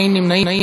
אין נמנעים.